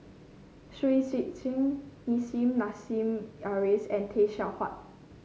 Shui Tit Sing Nissim Nassim Adis and Tay Seow Huah